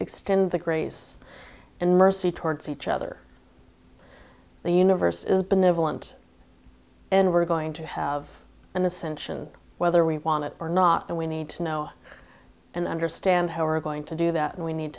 extend the grace and mercy towards each other the universe is benevolent and we're going to have an ascension whether we want it or not and we need to know and understand how we're going to do that and we need